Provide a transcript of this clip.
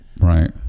Right